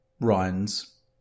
runs